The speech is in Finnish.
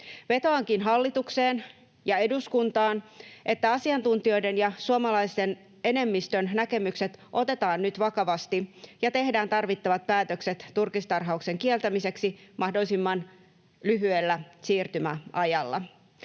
Vetoankin hallitukseen ja eduskuntaan, että asiantuntijoiden ja suomalaisten enemmistön näkemykset otetaan nyt vakavasti ja tehdään tarvittavat päätökset turkistarhauksen kieltämiseksi mahdollisimman lyhyellä siirtymäajalla.